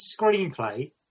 screenplay